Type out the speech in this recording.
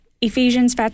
Ephesians